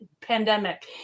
pandemic